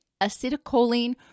acetylcholine